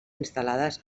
instal·lades